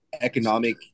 economic